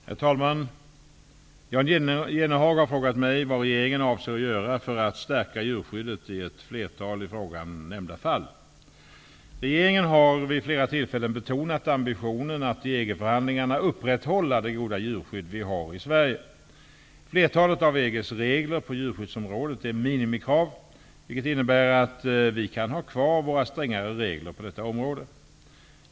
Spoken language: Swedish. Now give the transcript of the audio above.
Herr talman! Jan Jennehag har frågat mig vad regeringen avser att göra för att stärka djurskyddet i ett flertal i frågan nämnda fall. Regeringen har vid flera tillfällen betonat ambitionen att i EG-förhandlingarna upprätthålla det goda djurskydd vi har i Sverige. Flertalet av EG:s regler på djurskyddsområdet är minimikrav, vilket innebär att vi kan ha kvar våra strängare regler på detta område.